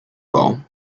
call